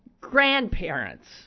grandparents